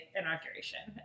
inauguration